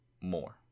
more